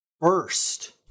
first